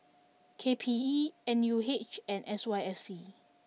K P E N U H and S Y F C